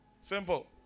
Simple